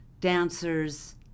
dancers